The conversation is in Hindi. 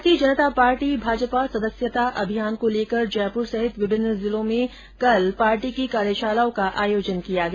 भारतीय जनता पार्टी भाजपा सदस्यता अभियान को लेकर जयपुर सहित विभिन्न जिलों में कार्यशालाओं का आयोजन किया गया